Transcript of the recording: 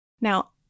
Now